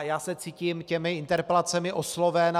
Já se cítím těmito interpelacemi osloven.